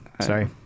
Sorry